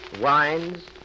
Wines